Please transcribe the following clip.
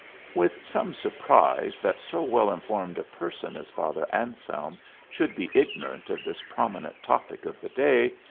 with some surprise that so well informed a person as father anselm should be ignorant of this prominent topic of the day,